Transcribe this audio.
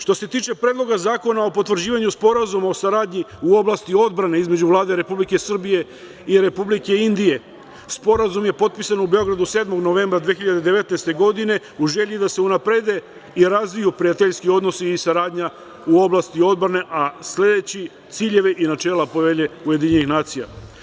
Što se tiče Predloga zakona o potvrđivanju Sporazuma o saradnji u oblasti odbrane između Vlade Republike Srbije i Republike Indije, Sporazum je potpisan u Beogradu 7. novembra 2019. godine, u želji da se unaprede i razviju prijateljski odnosi i saradnja u oblasti odbrane, a sledeći ciljeve i načela Povelje UN.